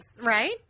right